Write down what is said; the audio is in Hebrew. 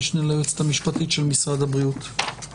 המשנה ליועצת המשפטית של משרד הבריאות.